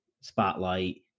spotlight